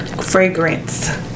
Fragrance